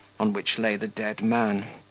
on which lay the dead man,